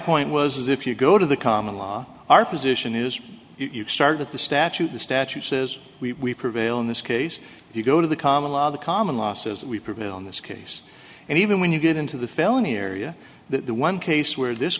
point was if you go to the common law our position is you start at the statute the statute says we prevail in this case you go to the common law the common law says we prevail in this case and even when you get into the felony area that the one case where this